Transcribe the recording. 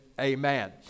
Amen